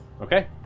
Okay